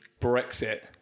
Brexit